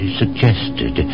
suggested